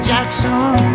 Jackson